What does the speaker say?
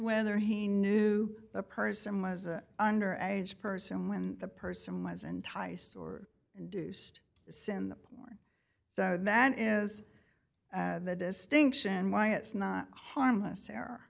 whether he knew the person was under age person when the person was enticed or induced sin the porn so that is the distinction why it's not harmless